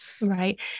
Right